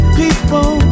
people